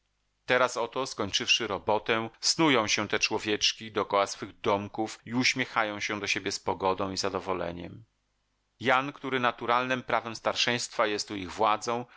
teraz oto skończywszy robotę snują się te człowieczki dokoła swych domków i uśmiechają się do siebie z pogodą i zadowoleniem jan który naturalnem prawem starszeństwa jest tu ich władzą